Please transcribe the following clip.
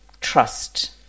trust